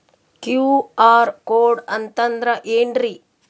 QR code ಅಂತಂದ್ರ ಏನ್ರೀ?